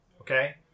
okay